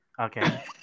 Okay